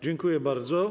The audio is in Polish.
Dziękuję bardzo.